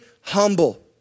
humble